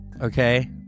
Okay